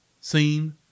scene